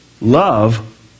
Love